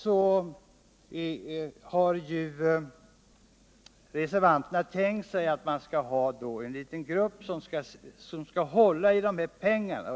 Reservanterna har tänkt sig att man vid Exportrådet skall ha en liten grupp som håller i dessa pengar.